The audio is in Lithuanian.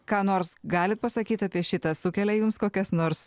ką nors galit pasakyti apie šitą sukelia jums kokias nors